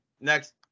next